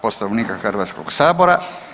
Poslovnika Hrvatskog sabora.